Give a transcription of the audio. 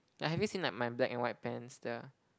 like have you seen like my black and white pants the